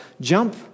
jump